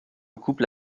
couple